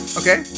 okay